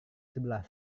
sebelah